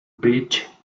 bridge